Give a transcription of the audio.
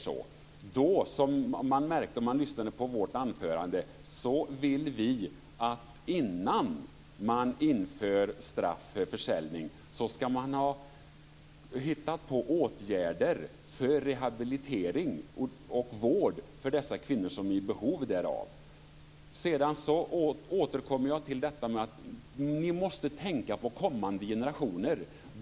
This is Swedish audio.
Vi vill, det framgick av anförandet, att man innan straff för försäljning införs ska ha hittat åtgärder för rehabilitering och vård för de kvinnor som är i behov därav. Jag återkommer till att ni måste tänka på kommande generationer.